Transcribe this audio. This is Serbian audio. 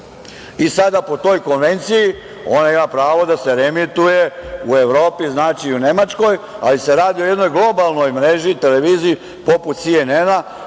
Sada, po toj konvenciji, ona ima pravo da se reemituje u Evropi, znači u Nemačkoj, ali se radi o jednoj globalnoj mreži, televiziji poput SNN,